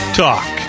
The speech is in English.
talk